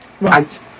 Right